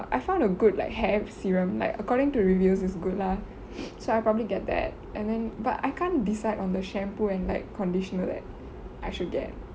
I found a good like hair serum like according to reviews is good lah so I probably get that and then but I can't decide on the shampoo and like conditioner that I should get